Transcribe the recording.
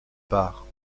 parts